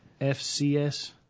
FCS